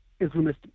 Islamist